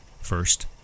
First